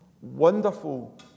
wonderful